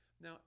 Now